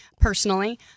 personally